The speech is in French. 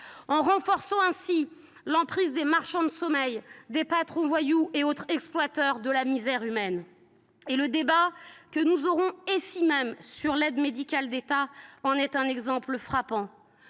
renforçant l’emprise des marchands de sommeil, des patrons voyous et autres exploiteurs de la misère humaine. Le débat que nous aurons sur l’aide médicale de l’État (AME) en est un exemple frappant